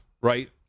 right